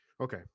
Okay